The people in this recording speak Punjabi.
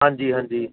ਹਾਂਜੀ ਹਾਂਜੀ